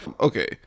Okay